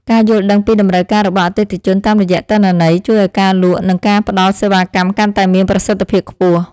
ការយល់ដឹងពីតម្រូវការរបស់អតិថិជនតាមរយៈទិន្នន័យជួយឱ្យការលក់ និងការផ្ដល់សេវាកម្មកាន់តែមានប្រសិទ្ធភាពខ្ពស់។